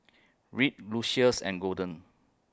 Reed Lucius and Golden